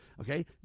okay